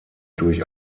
durch